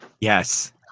Yes